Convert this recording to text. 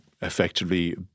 effectively